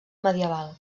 medieval